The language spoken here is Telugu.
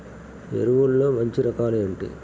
ఎరువుల్లో మంచి రకాలు ఏవి?